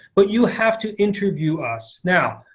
but you have to interview us. now,